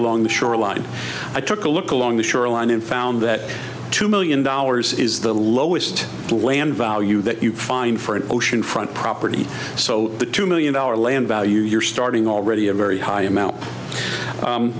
along the shoreline i took a look along the shoreline and found that two million dollars is the lowest land value that you find for an ocean front property so two million dollar land value your starting already a very high amount